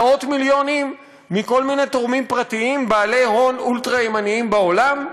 מאות מיליונים מכל מיני תורמים פרטיים בעלי הון אולטרה-ימניים בעולם?